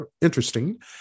interesting